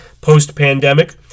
post-pandemic